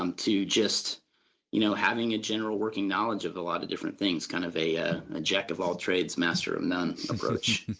um to just you know having a general working knowledge of a lot of different things kind of ah ah jack of all trades, master of none approach